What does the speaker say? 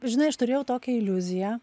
žinai aš turėjau tokią iliuziją